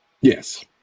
Yes